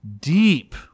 deep